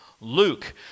Luke